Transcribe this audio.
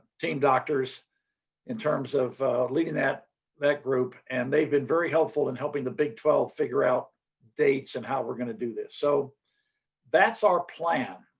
team doctors in terms of leading that that group and they've been helpful in helping the big twelve figure out dates and how we're going to do this. so that's our plan.